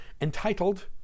entitled